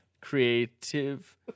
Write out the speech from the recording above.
creative